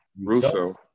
Russo